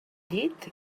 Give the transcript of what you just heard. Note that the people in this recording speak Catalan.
llit